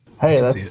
Hey